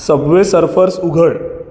Subway Surfers उघड